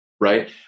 right